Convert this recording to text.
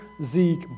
Zeke